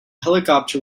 helicopter